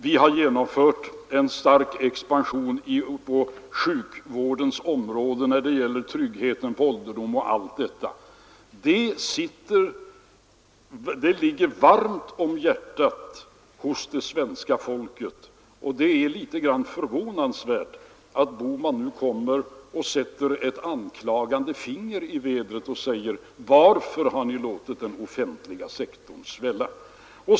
Vi har genomfört en stark expansion på sjukvårdens område och när det gäller tryggheten på ålderdomen osv. Dessa reformer ligger det svenska folket varmt om hjärtat. Det är förvånansvärt att herr Bohman nu sätter ett anklagande finger i vädret och säger: Varför har ni låtit den offentliga sektorn svälla?